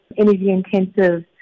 energy-intensive